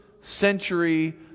century